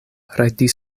rajtis